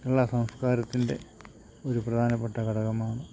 ഉള്ള സംസ്കാരത്തിൻ്റെ ഒരു പ്രധാനപ്പെട്ട ഘടകമാണ്